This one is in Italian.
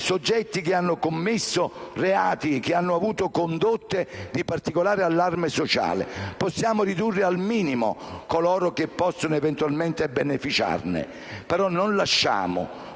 soggetti che hanno commesso reati ed avuto condotte di particolare allarme sociale e riducendo al minimo coloro che possono eventualmente beneficiarne. Però non lasciamo